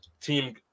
team